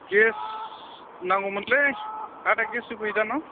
gas नांगौमोनलै आदाया gas होफैयो दा न